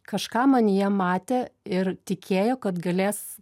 kažką manyje matė ir tikėjo kad galės